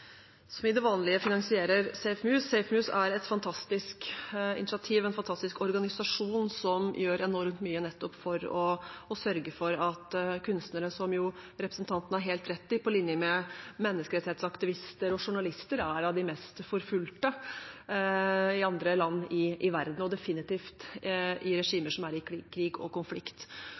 et fantastisk initiativ, en fantastisk organisasjon, som gjør enormt mye nettopp for kunstnere, som – og det har representanten helt rett i – på linje med menneskerettighetsaktivister og journalister er av de mest forfulgte i andre land i verden, og definitivt i regimer som er i krig og konflikt.